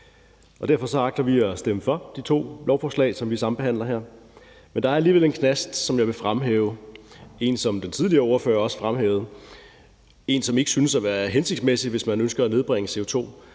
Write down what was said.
Derfor agter vi at stemme for de to lovforslag, som vi sambehandler her. Men der er alligevel en knast, som jeg vil fremhæve. Det er en, som den tidligere ordfører også fremhævede, og en, som ikke synes at være hensigtsmæssig, hvis man ønsker at nedbringe